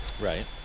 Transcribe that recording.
Right